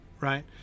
right